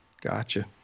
Gotcha